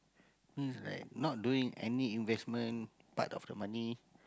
means like not doing any investment part of the money